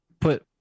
put